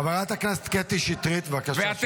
חברת הכנסת קטי שטרית, בבקשה שקט.